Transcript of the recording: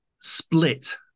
split